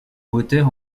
moteur